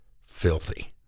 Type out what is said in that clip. filthy